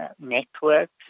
networks